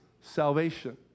salvation